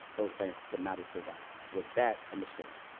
those banks could not have survived? was that a mistake?